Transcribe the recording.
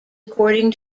according